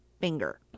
finger